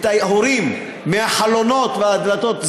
את ההורים מהחלונות והדלתות,